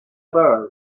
borrow